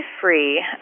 free